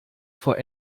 vor